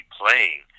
playing